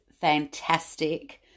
fantastic